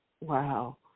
Wow